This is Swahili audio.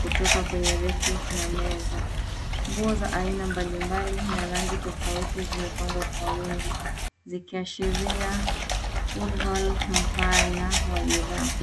kutoka kwenye reki na meza. Nguo za aina mbalimbali na rangi tofauti zimepangwa kwa wingi zikiashiria urval mpana wa bidhaa.